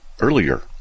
earlier